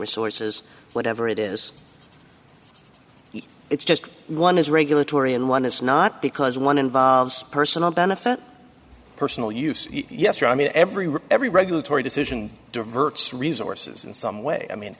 resources whatever it is it's just one is regulatory and one is not because one involves personal benefit personal use yes or i mean everyone every regulatory decision diverts resources in some way i mean